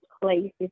place